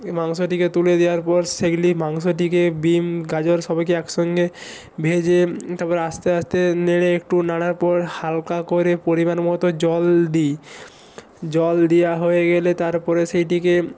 এই মাংসটিকে তুলে দেওয়ার পর সেগুলি মাংসটিকে বিন গাজর সবাইকে একসঙ্গে ভেজে তারপর আস্তে আস্তে নেড়ে একটু নাড়ার পর হালকা করে পরিমাণ মতো জল দি জল দেওয়া হয়ে গেলে তারপরে সেইটিকে